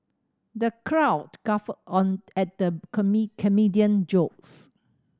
the crowd guffawed on at the comedian jokes